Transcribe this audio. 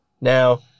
Now